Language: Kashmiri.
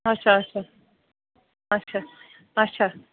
اچھا اچھا اچھا اچھا